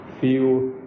feel